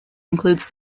includes